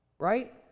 Right